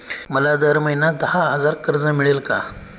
मला दर महिना दहा हजार कर्ज मिळेल का?